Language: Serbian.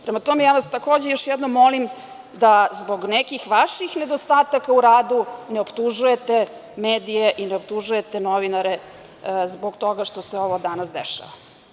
Prema tome, ja vas takođe još jednom molim da zbog nekih vaših nedostataka u radu ne optužujete medije i ne optužujete novinare zbog toga što se ovo danas dešava.